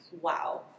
Wow